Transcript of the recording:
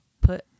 put